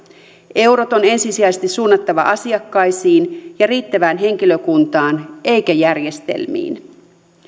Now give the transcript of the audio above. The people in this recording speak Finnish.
eurot on ensisijaisesti suunnattava asiakkaisiin ja riittävään henkilökuntaan eikä järjestelmiin